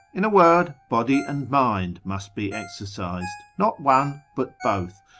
in a word, body and mind must be exercised, not one, but both,